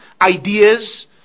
ideas